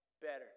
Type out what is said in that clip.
Better